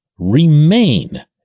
remain